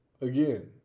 Again